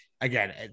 Again